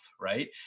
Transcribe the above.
Right